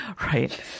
right